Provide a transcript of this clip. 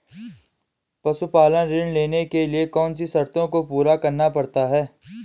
पशुपालन ऋण लेने के लिए कौन सी शर्तों को पूरा करना पड़ता है?